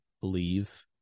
believe